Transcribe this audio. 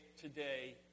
today